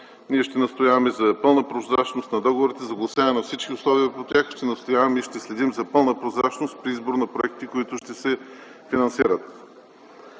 Ние ще настояваме за пълна прозрачност на договорите, за огласяване на всички условия по тях и ще настояваме и ще следим за пълна прозрачност при избор на проектите, които ще се финансират.